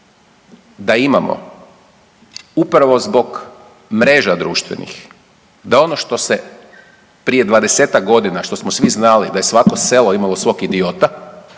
da imamo upravo zbog mreža društvenih da ono što se prije 20-tak godina, što smo svi znali da je svako selo imalo svog idiota